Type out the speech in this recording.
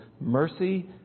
mercy